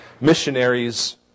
missionaries